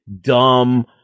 dumb